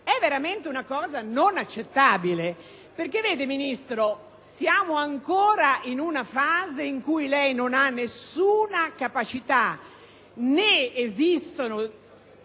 è veramente una cosa non accettabile. Vede, Ministro: siamo ancora in una fase in cui lei non ha nessuna capacità né esistono